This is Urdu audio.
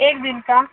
ایک دن کا